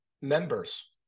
members